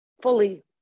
fully